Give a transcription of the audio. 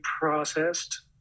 processed